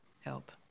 help